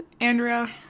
andrea